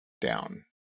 down